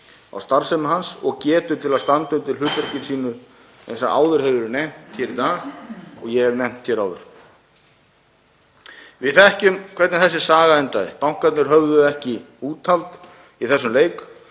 á starfsemi hans og getu til að standa undir hlutverki sínu eins og áður hefur verið nefnt í dag og ég hef nefnt hér áður. Við þekkjum hvernig þessi saga endaði. Bankarnir höfðu ekki úthald í þessum leik,